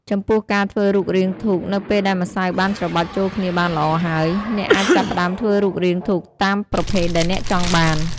ចំពោះការធ្វើរូបរាងធូបនៅពេលដែលម្សៅបានច្របាច់ចូលគ្នាបានល្អហើយ អ្នកអាចចាប់ផ្តើមធ្វើរូបរាងធូបតាមប្រភេទដែលអ្នកចង់បាន។